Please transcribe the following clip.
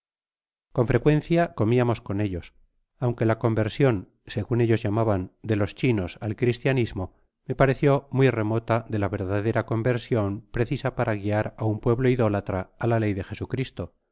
con freeueuda comiamos con ellos aunque la conversion segun ellos llamaban de los chinos al cristianismo me parecio muy remota de ía verdadera conversion precisa para guiar k un pueblo idó latra á la ley de jesucristo